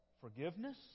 forgiveness